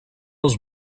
was